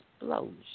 explosion